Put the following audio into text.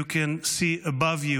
you can see above you